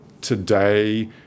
today